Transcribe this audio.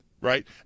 right